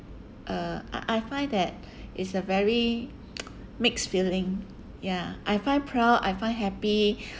uh I I find that it's a very mixed feeling ya I find proud I find happy